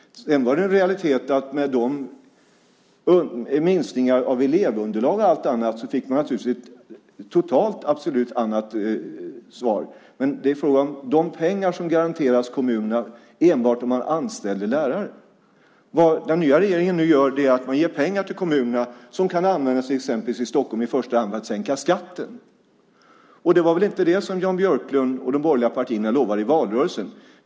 Sedan var det en realitet att man med minskningar av elevunderlag och allt annat naturligtvis fick ett annat svar totalt. Men det är fråga om de pengar som garanterades kommunerna enbart om de anställde lärare. Det den nya regeringen nu gör är att ge pengar till kommunerna som, i Stockholm exempelvis, kan användas i första hand till att sänka skatten. Det var väl inte det som Jan Björklund och de borgerliga partierna lovade i valrörelsen.